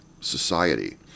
society